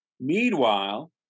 Meanwhile